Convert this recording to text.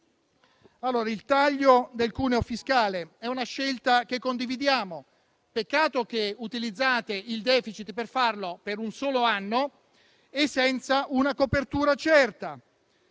il taglio del cuneo fiscale: è una scelta che condividiamo. Peccato che utilizziate il *deficit* per farlo per un solo anno e senza una copertura certa.